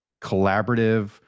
collaborative